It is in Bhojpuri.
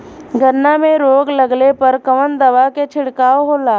गन्ना में रोग लगले पर कवन दवा के छिड़काव होला?